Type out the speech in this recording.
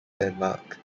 denmark